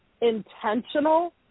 intentional